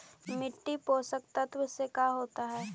मिट्टी पोषक तत्त्व से का होता है?